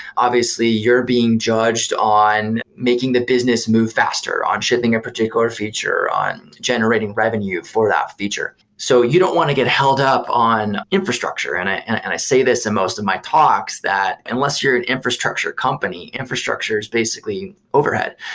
obviously you're being judged on making the business move faster, on shipping your particular feature, on generating revenue for that feature. so you don't want to get held up on infrastructure, and i say this in most of my talks, that unless you're an infrastructure company, infrastructure is basically overhead.